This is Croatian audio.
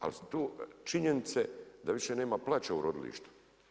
Ali su to činjenice da više nema plača u rodilištu.